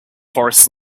forests